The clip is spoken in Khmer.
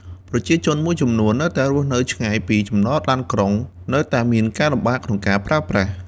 ប្រជាជនមួយចំនួនដែលរស់នៅឆ្ងាយពីចំណតឡានក្រុងនៅតែមានការលំបាកក្នុងការប្រើប្រាស់។